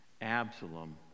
Absalom